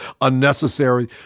unnecessary